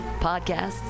podcasts